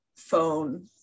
phone